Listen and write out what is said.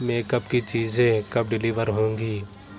make up کی چیزیں کب ڈیلیور ہوں گی